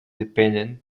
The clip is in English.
dependent